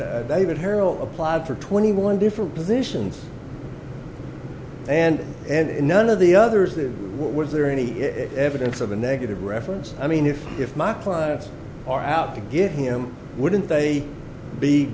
that david harrell applied for twenty one different positions and and none of the others there was there any evidence of a negative reference i mean if if my clients are out to get him wouldn't they be